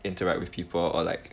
interact with people or like